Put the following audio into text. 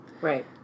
Right